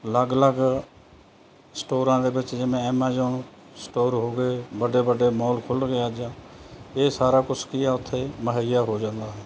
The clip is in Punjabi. ਅਲੱਗ ਅਲੱਗ ਸਟੋਰਾਂ ਦੇ ਵਿੱਚ ਜਿਵੇਂ ਐਮਾਜੋਨ ਸਟੋਰ ਹੋ ਗਏ ਵੱਡੇ ਵੱਡੇ ਮੋਲ ਖੁੱਲ੍ਹ ਗਏ ਅੱਜ ਇਹ ਸਾਰਾ ਕੁਛ ਕੀ ਹੈ ਉੱਥੇ ਮੁਹੱਈਆ ਹੋ ਜਾਂਦਾ ਹੈ